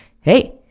Hey